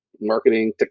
marketing